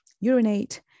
urinate